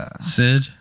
Sid